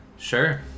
Sure